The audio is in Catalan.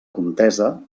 contesa